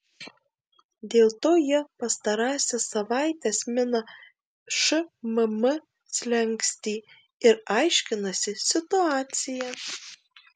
dėl to jie pastarąsias savaites mina šmm slenkstį ir aiškinasi situaciją